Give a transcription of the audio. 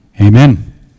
Amen